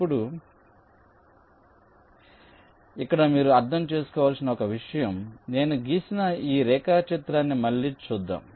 ఇప్పుడు ఇక్కడ మీరు అర్థం చేసుకోవలసిన ఒక విషయం నేను గీసిన ఈ రేఖాచిత్రాన్ని మళ్ళీ చూద్దాం